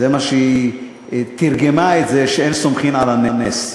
היא תרגמה את זה, שאין סומכים על הנס.